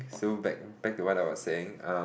so back back to what I was saying um